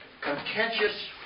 contentious